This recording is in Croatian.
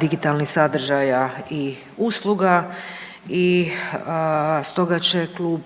digitalnih sadržaja i usluga. I stoga će Klub